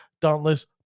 dauntless